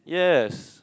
yes